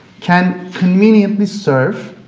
can conveniently serve